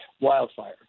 wildfire